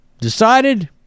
decided